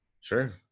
sure